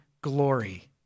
glory